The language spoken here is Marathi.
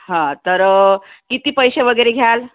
हां तर किती पैसे वगैरे घ्याल